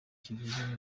kivuze